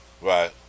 Right